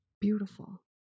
beautiful